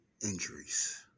injuries